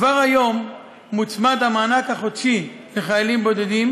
כבר היום מוצמד המענק החודשי לחיילים בודדים,